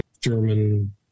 German